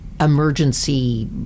emergency